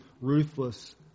ruthless